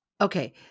Okay